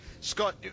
Scott